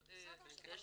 יש --- עולים חדשים.